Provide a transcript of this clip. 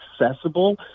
accessible